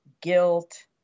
guilt